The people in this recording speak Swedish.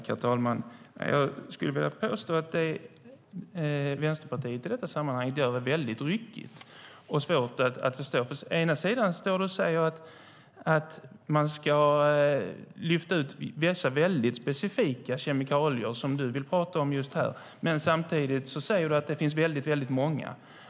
Herr talman! Jag skulle vilja påstå att Vänsterpartiet i detta sammanhang gör det väldigt ryckigt och svårt att förstå. Å ena sidan säger du att man ska lyfta ut dessa väldigt specifika kemikalier som du vill prata om här, å andra sidan säger du att det finns väldigt många.